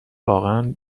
واقعا